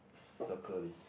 circle this